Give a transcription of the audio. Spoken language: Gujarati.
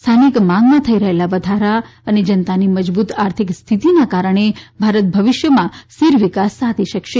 સ્થાનિક માંગમાં થઇ રહેલા વધારા અને જનતાની મજબુત આર્થિક સ્થિતીના કારણે ભારત ભવિષ્યમાં સ્થિર વિકાસ સાધી શકશે